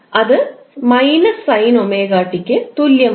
അത് −sin𝜔𝑡 ക്ക് തുല്യമാണ്